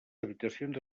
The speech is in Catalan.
habitacions